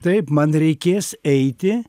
taip man reikės eiti